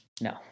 No